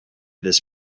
this